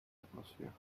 atmosphere